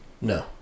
No